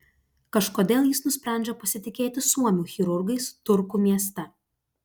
kažkodėl jis nusprendžia pasitikėti suomių chirurgais turku mieste